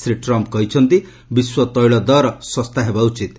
Shri Trump କହିଛନ୍ତି ବିଶ୍ୱ ତୈଳ ଦର ଶସ୍ତା ହେବା ଉଚିତ୍